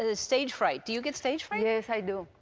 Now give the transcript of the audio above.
ah stage fright. do you get stage fright? yes, i do.